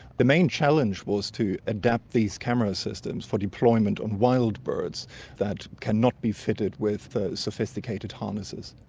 the main challenge was to adapt these camera systems for deployment on wild birds that cannot be fitted with the sophisticated harnesses.